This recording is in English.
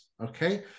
okay